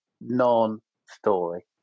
non-story